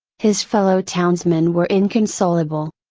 his fellow townsmen were inconsolable.